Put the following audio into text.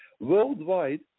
worldwide